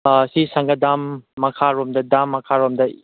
ꯁꯤ ꯁꯤꯡꯗꯥ ꯗꯥꯝ ꯃꯈꯥꯔꯣꯝꯗ ꯗꯥꯝ ꯃꯈꯥ ꯔꯣꯝꯗ